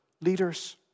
leaders